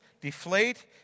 deflate